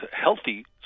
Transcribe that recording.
healthy